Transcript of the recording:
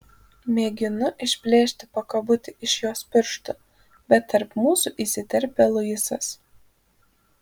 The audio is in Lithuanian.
mėginu išplėšti pakabutį iš jos pirštų bet tarp mūsų įsiterpia luisas